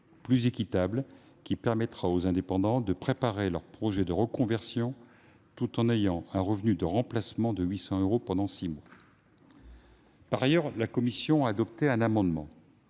plus équitable, qui permettra aux indépendants de préparer leur projet de reconversion tout en ayant un revenu de remplacement de 800 euros pendant six mois. Par ailleurs, la commission a adopté un amendement,